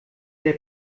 der